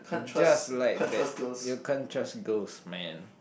just like that you can't trust girls man